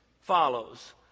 follows